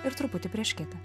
ir truputį prieš kitą